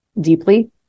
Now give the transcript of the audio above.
deeply